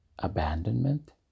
Abandonment